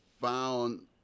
found